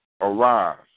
arise